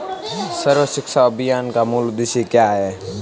सर्व शिक्षा अभियान का मूल उद्देश्य क्या है?